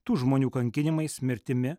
tų žmonių kankinimais mirtimi